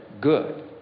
good